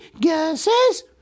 guesses